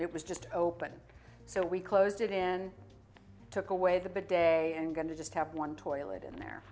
it was just open so we closed it in took away the big day and going to just have one toilet in there